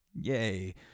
yay